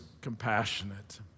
compassionate